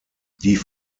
die